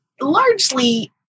largely